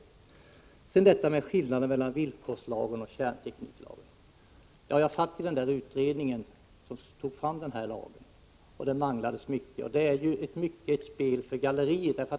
Jag vill också beröra skillnaden mellan villkorslagen och kärntekniklagen. Jag satt med i den utredning som tog fram kärntekniklagen, och den manglades mycket. Det hela är mycket ett spel för galleriet.